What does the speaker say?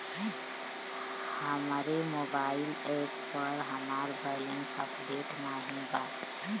हमरे mobile app पर हमार बैलैंस अपडेट नाई बा